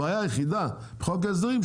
הבעיה היחידה בחוק ההסדרים,